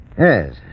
Yes